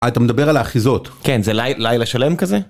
אה, אתה מדבר על האחיזות. כן, זה לילה שלם כזה?